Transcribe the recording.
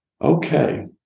Okay